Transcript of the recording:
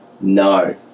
no